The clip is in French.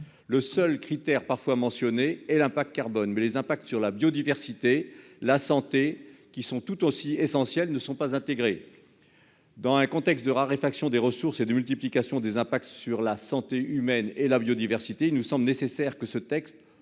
L'unique critère parfois mentionné est l'impact carbone, mais les conséquences sur la biodiversité et la santé, tout aussi essentielles, ne sont pas prises en compte. Dans un contexte de raréfaction des ressources et de multiplication des effets sur la santé humaine et sur la biodiversité, il nous semble nécessaire que ce texte